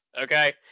okay